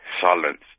silence